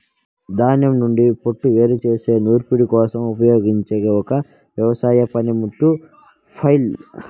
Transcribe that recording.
ధాన్యం నుండి పోట్టును వేరు చేసే నూర్పిడి కోసం ఉపయోగించే ఒక వ్యవసాయ పనిముట్టు ఫ్లైల్